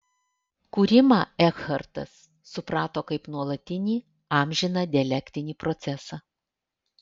kūrimą ekhartas suprato kaip nuolatinį amžiną dialektinį procesą